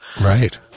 Right